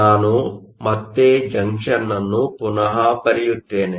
ನಾನು ಮತ್ತೆ ಜಂಕ್ಷನ್Junction ಅನ್ನು ಪುನಃ ಬರೆಯುತ್ತೇನೆ